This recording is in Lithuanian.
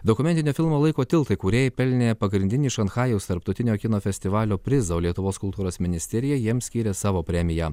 dokumentinio filmo laiko tiltai kūrėjai pelnė pagrindinį šanchajaus tarptautinio kino festivalio prizą o lietuvos kultūros ministerija jiems skyrė savo premiją